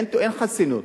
אין חסינות.